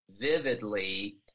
vividly